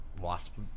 Wasp